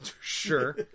Sure